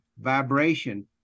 vibration